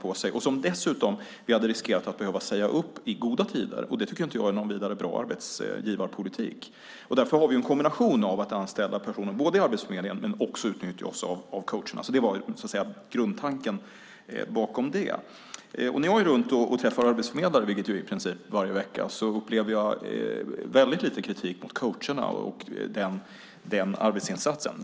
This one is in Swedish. Vi hade dessutom riskerat att behöva säga upp dem i goda tider, och det tycker inte jag är någon vidare arbetsgivarpolitik. Därför har vi en kombination av att både anställa personer på Arbetsförmedlingen och att också utnyttja oss av coacherna. Det var grundtanken bakom det. När jag åker runt och träffar arbetsförmedlare, vilket jag gör i princip varje, vecka upplever jag väldigt lite kritik mot coacherna och den arbetsinsatsen.